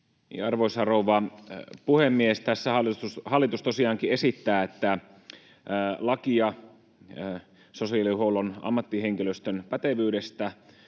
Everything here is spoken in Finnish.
Arvoisa rouva puhemies! Tässä hallitus tosiaankin esittää, että lakia sosiaalihuollon ammattihenkilöstön pätevyydestä